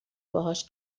باهاش